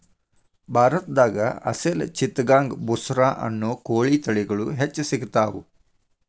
ಭಾರತದಾಗ ಅಸೇಲ್ ಚಿತ್ತಗಾಂಗ್ ಬುಸ್ರಾ ಅನ್ನೋ ಕೋಳಿ ತಳಿಗಳು ಹೆಚ್ಚ್ ಸಿಗತಾವ